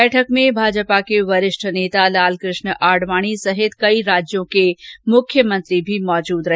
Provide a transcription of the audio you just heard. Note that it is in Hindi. बैठक में भाजपा के वरिष्ठ नेता लालकृष्ण आडवानी सहित कई राज्यों के मुख्यमंत्री भी मौजूद रहे